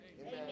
Amen